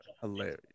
Hilarious